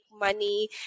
money